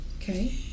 Okay